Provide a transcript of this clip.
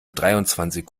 dreiundzwanzig